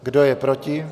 Kdo je proti?